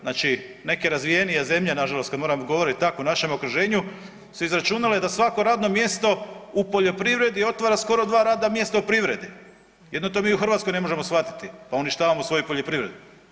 Znači neke razvijenije zemlje, nažalost kad moram govorit tako o našem okruženju, su izračunale da svako radno mjesto u poljoprivredi otvara skoro dva radna mjesta u privredi, jedino to mi u Hrvatskoj ne možemo shvatiti, pa uništavamo svoju poljoprivredu.